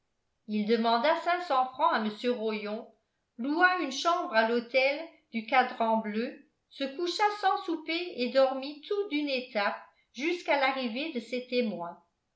il demanda francs à mr rollon loua une chambre à l'hôtel du cadran-bleu se coucha sans souper et dormit tout d'une étape jusqu'à l'arrivée de ses témoins